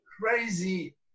crazy